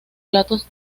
platos